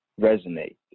resonate